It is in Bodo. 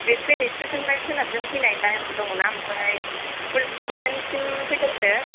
बे ट्रेन नि स्टेशन निफ्राय सोनाबजों फैनाय लामा दङना ओमफ्राय प'लिस पइन्ट सिम फैथारदो